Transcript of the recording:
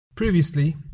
Previously